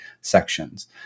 sections